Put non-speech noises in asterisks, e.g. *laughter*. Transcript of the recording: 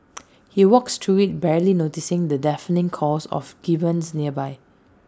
*noise* he walks through IT barely noticing the deafening calls of gibbons nearby